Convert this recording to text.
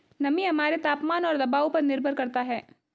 नमी हमारे तापमान और दबाव पर निर्भर करता है